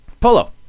Polo